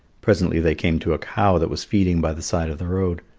presently they came to a cow that was feeding by the side of the road.